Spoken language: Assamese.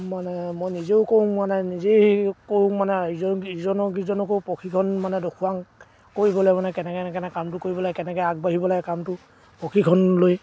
মানে মই নিজেও কৰোঁ মানে নিজেই কৰোঁ মানে ইজন ইজন কেইজনকো প্ৰশিক্ষণ মানে দেখুৱাওঁ কৰিবলৈ মানে কেনেকৈ কেনেকৈ কামটো কৰিব লাগে কেনেকৈ আগবাঢ়িব লাগে কামটো প্ৰশিক্ষণ লৈ